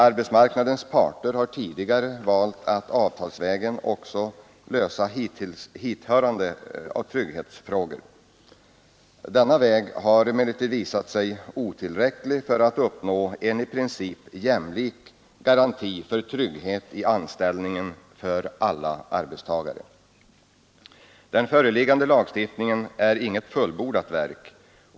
Arbetsmarknadens parter har tidigare valt att avtalsvägen lösa också hithörande trygghetsfrågor. Denna väg har emellertid visat sig otillräcklig för att uppnå en i princip jämlik garanti för trygghet i anställningen för alla arbetstagare. Den föreliggande lagstiftningen är inget fullbordat verk.